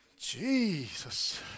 Jesus